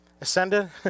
ascended